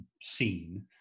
seen